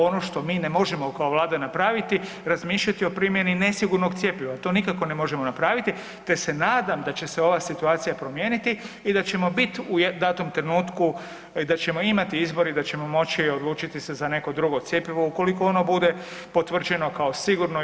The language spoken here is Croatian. Ono što mi ne možemo kao vlada napraviti razmišljati o primjeni nesigurnog cjepiva, to nikako ne možemo napraviti, te se nadam da će se ova situacija promijeniti i da ćemo bit u datom trenutku i da ćemo imati izbor i da ćemo moći odlučiti se za neko drugo cjepivo ukoliko ono bude potvrđeno kao sigurno i